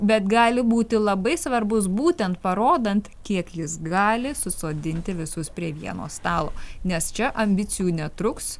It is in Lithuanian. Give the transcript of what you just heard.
bet gali būti labai svarbus būtent parodant kiek jis gali susodinti visus prie vieno stalo nes čia ambicijų netruks